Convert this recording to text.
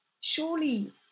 surely